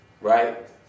right